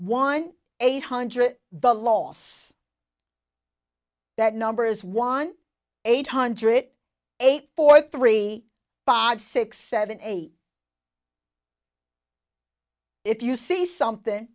one eight hundred but loss that number is one eight hundred eight four three five six seven eight if you see something